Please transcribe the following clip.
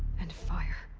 and fire.